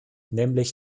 nämlich